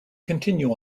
continue